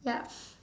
yup